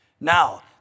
Now